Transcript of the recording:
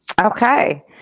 Okay